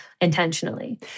intentionally